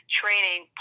training